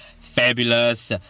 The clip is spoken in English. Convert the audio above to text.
fabulous